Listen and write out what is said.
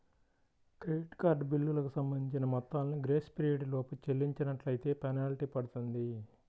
credit card బిల్లులకు సంబంధించిన మొత్తాలను గ్రేస్ పీరియడ్ లోపు చెల్లించనట్లైతే ఫెనాల్టీ పడుతుంది